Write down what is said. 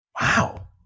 Wow